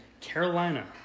Carolina